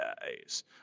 guys